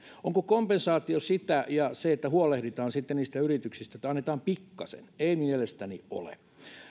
onko kompensaatio ja se että huolehditaan sitten niistä yrityksistä sitä että annetaan pikkasen ei mielestäni ole